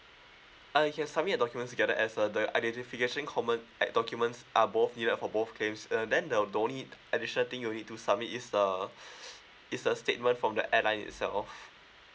uh yes submit your documents together as uh the identification common and documents are both needed for both claims uh then the the only additional thing you'll need to submit is err it's a statement from the airline itself